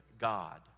God